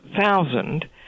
thousand